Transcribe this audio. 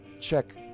check